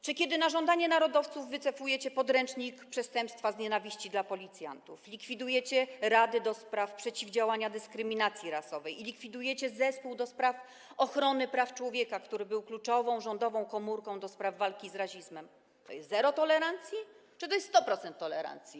Czy kiedy na żądanie narodowców wycofujecie podręcznik „Przestępstwa z nienawiści” dla policjantów, likwidujecie rady do spraw przeciwdziałania dyskryminacji rasowej i likwidujecie zespół do spraw ochrony praw człowieka, który był kluczową rządową komórką do spraw walki z rasizmem, to jest zero tolerancji czy to jest 100% tolerancji?